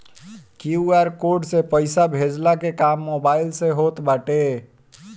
QR code से पईसा भेजला के काम मोबाइल से होत बाटे